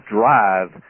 drive